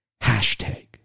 hashtag